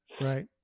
right